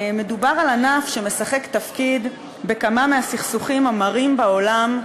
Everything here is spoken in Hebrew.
מדובר על ענף שמשחק תפקיד בכמה מהסכסוכים המרים בעולם.